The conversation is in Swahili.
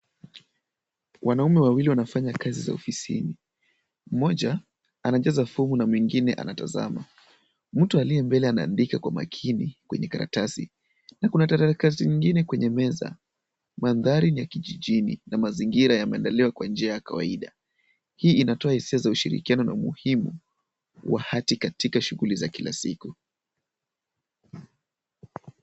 Wanaume wawili wanafanya kazi za ofisini, mmoja anajaza fomu na mwingine anatazama. Mtu aliye mbele anaandika kwa makini kwenye karatasi, na kuna karatasi nyingine kwenye meza. Mandhari ni ya kijijini na mazingira yameandaliwa kwa njia ya kawaida. Hii inatoa hisia za ushirikiano na umuhimu wa hati katika shughuli za kila siku.